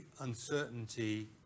uncertainty